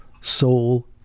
soul